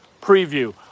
preview